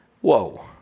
Whoa